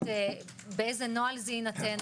באיזה נוהל זה יינתן?